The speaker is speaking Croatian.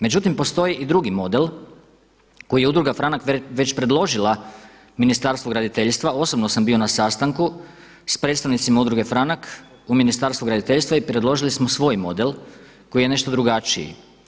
Međutim postoji i drugi model koji je Udruga Franak već predložila Ministarstvu graditeljstva, osobno sam bio na sastanku s predstavnicima Udruge Franak u Ministarstvu graditeljstva i predložili smo svoj model koji je nešto drugačiji.